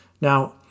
Now